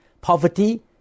poverty